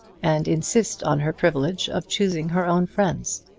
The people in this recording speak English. and insist on her privilege of choosing her own friends.